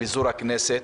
לפיזור הכנסת.